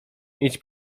idź